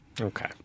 Okay